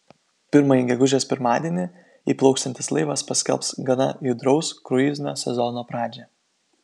pirmąjį gegužės pirmadienį įplauksiantis laivas paskelbs gana judraus kruizinio sezono pradžią